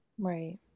Right